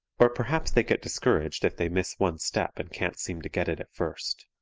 or perhaps they get discouraged if they miss one step and can't seem to get it at first.